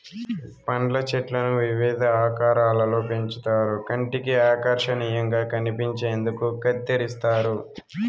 పండ్ల చెట్లను వివిధ ఆకారాలలో పెంచుతారు కంటికి ఆకర్శనీయంగా కనిపించేందుకు కత్తిరిస్తారు